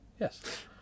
Yes